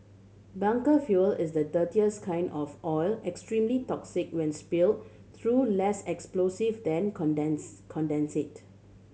bunker fuel is the dirtiest kind of oil extremely toxic when spill though less explosive than condensate